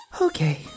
Okay